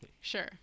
Sure